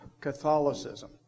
Catholicism